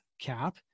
Cap